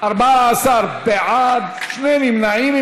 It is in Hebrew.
14 בעד, שני נמנעים.